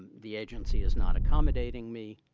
the agency is not accommodating me,